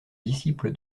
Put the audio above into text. disciple